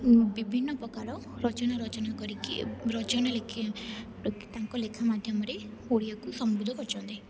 ବିଭିନ୍ନ ପ୍ରକାର ରଚନା ରଚନା କରିକି ରଚନା ଲେଖି ତାଙ୍କ ଲେଖା ମାଧ୍ୟମରେ ଓଡ଼ିଆକୁ ସମ୍ବୋଧ କରିଛନ୍ତି